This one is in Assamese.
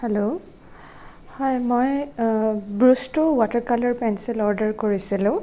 হেল্ল' হয় মই brush two water colour pencil order কৰিছিলোঁ